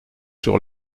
sur